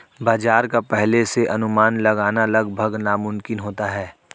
बाजार का पहले से अनुमान लगाना लगभग नामुमकिन होता है